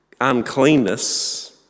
uncleanness